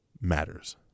matters